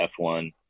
F1